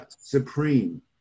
supreme